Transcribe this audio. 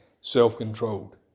self-controlled